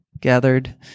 gathered